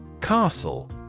Castle